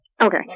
Okay